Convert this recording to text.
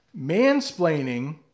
Mansplaining